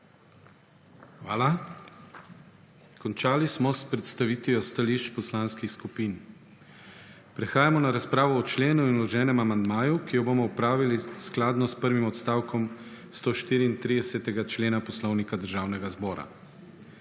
Hvala. Končali smo s predstavitvijo stališč poslanskih skupin. Prehajamo na razpravo o členu in vloženem amandmaju, ki jo bomo opravili skladno s prvim odstavkom 134. člena Poslovnika Državnega zbora.